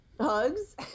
hugs